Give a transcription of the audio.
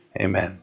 Amen